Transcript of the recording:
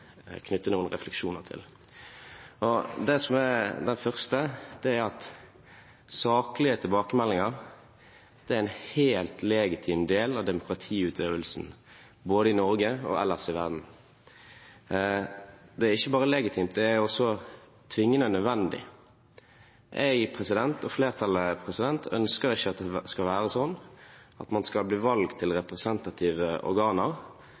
knytte noen refleksjoner til. Det første er at saklige tilbakemeldinger er en helt legitim del av demokratiutøvelsen, både i Norge og ellers i verden. Det er ikke bare legitimt, det er også tvingende nødvendig. Jeg og flertallet ønsker ikke at det skal være sånn at man skal bli valgt til representative organer